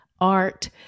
art